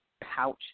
pouch